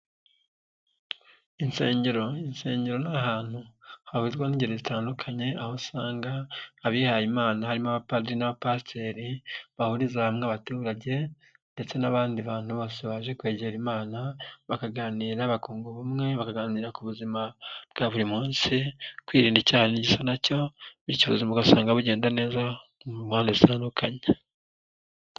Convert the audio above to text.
Insengero, insengero ni ahantu habarizwamo ingeri zitandukanye, aho usanga abihayimana harimo abapadiri n'abapasiteri, bahuriza hamwe abaturage, ndetse n'abandi bantu bose baje kwegera Imana, bakaganira bakunga ubumwe, bakaganira ku buzima bwa buri munsi, kwirinda icyaha n'igisa nacyo, bityo ubuzima ugasanga bugenda neza, mu mpande zitandukanye.